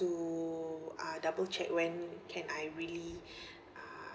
to uh double check when can I really uh